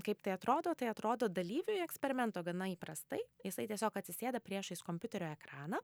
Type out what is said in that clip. kaip tai atrodo tai atrodo dalyviui eksperimento gana įprastai jisai tiesiog atsisėda priešais kompiuterio ekraną